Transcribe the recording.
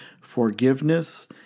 Forgiveness